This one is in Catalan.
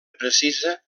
precisa